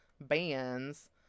bands